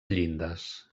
llindes